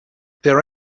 there